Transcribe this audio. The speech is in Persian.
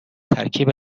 ترکیب